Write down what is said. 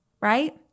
right